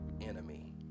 enemy